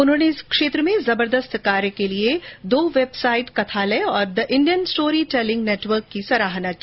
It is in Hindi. उन्होंने इस क्षेत्र में जबरदस्त कार्य के लिए दो वेबसाइटों कथालय और the Indian story telling network की प्रशंसा की